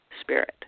spirit